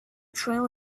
trail